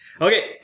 Okay